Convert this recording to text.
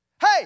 Hey